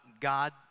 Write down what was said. God